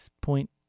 point